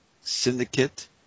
Syndicate